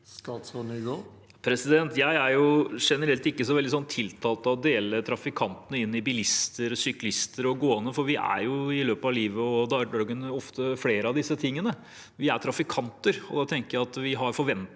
Statsråd Jon-Ivar Nygård Jeg er generelt ikke veldig tiltalt av å dele trafikantene inn i bilister, syklister og gående, for vi er i løpet av livet og hverdagen ofte flere av disse tingene. Vi er trafikanter, og da tenker jeg at vi har forventninger